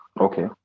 Okay